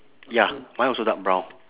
ya mine also dark brown